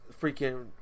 freaking